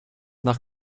nach